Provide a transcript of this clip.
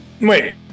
wait